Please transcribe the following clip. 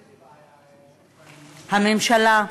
הממשלה,